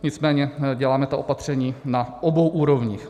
Nicméně děláme ta opatření na obou úrovních.